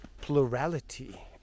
plurality